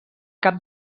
cap